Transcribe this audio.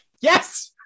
Yes